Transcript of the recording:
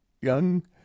young